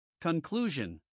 Conclusion